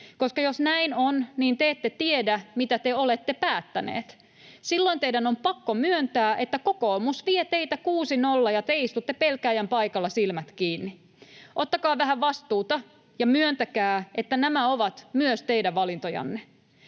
jos näin on, niin te ette tiedä, mitä te olette päättäneet. Silloin teidän on pakko myöntää, että kokoomus vie teitä 6—0 ja te istutte pelkääjän paikalla silmät kiinni. Ottakaa vähän vastuuta ja myöntäkää, että nämä ovat myös teidän valintojanne.